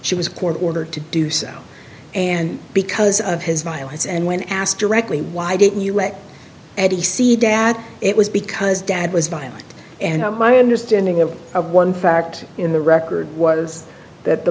she was court ordered to do so and because of his violence and when asked directly why didn't you let me see dad it was because dad was violent and my understanding of of one fact in the record was that the